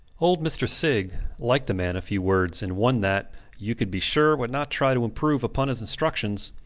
old mr. sigg liked a man of few words, and one that you could be sure would not try to improve upon his instructions.